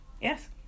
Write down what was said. Yes